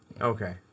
Okay